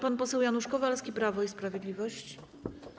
Pan poseł Janusz Kowalski, Prawo i Sprawiedliwość.